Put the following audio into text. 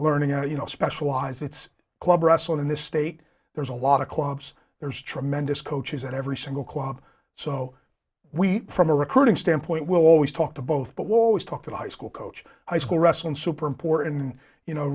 learning out you know specialized it's club wrestling in this state there's a lot of clubs there's tremendous coaches at every single club so we from a recruiting standpoint will always talk to both but we always talk to the high school coach high school wrestling superimportant you know